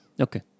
Okay